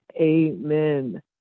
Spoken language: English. Amen